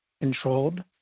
controlled